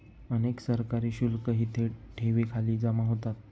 अनेक सरकारी शुल्कही थेट ठेवींखाली जमा होतात